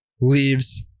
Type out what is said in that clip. leaves